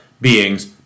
beings